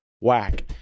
whack